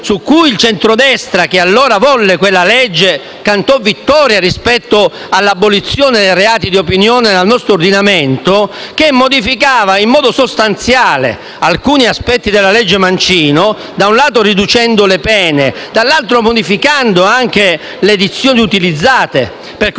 il centrodestra, che allora volle quella legge, cantò vittoria rispetto all'abolizione dei reati di opinione dal nostro ordinamento. Essa, infatti, che modificava in modo sostanziale alcuni aspetti della legge Mancino, da un lato riducendo le pene, dall'altro modificando anche le dizioni utilizzate,